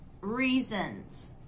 reasons